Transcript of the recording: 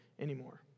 anymore